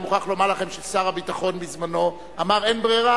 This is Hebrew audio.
אני מוכרח לומר לכם ששר הביטחון בזמנו אמר: אין ברירה,